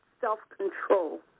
self-control